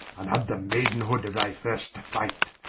and had the maidenhood of thy first fight,